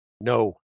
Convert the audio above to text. No